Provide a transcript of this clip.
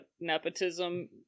nepotism